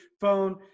phone